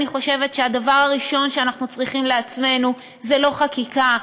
אני חושבת שהדבר הראשון שאנחנו צריכים לעצמנו זה לא חקיקה,